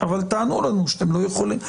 אבל תענו לנו שאתם לא יכולים.